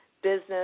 business